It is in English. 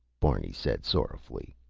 barney said sorrowfully.